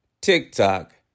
TikTok